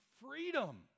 freedom